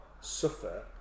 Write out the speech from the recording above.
suffer